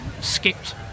Skipped